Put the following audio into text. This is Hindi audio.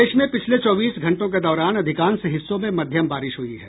प्रदेश में पिछले चौबीस घंटों के दौरान अधिकांश हिस्सों में मध्यम बारिश हुई है